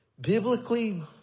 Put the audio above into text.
Biblically